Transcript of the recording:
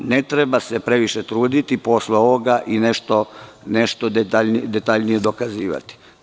Ne treba se previše truditi posle ovoga i nešto detaljnije dokazivati.